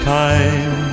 time